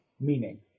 meaning